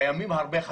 קיימים הרבה חסמים.